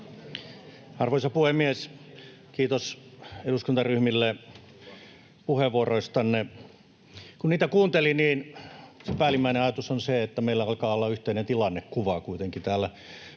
Arvoisa puhemies! Kiitos eduskuntaryhmille puheenvuoroistanne. Kun niitä kuunteli, niin päällimmäinen ajatus on se, että meillä alkaa kuitenkin olla yhteinen tilannekuva täällä.